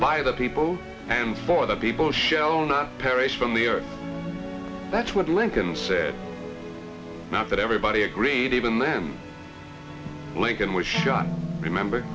by the people and for the people shall not perish from the earth that's what lincoln said not that everybody agreed even then lincoln was shot remember